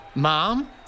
Mom